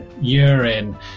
urine